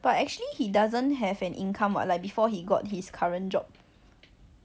but actually he doesn't have an income [what] like before he got his current job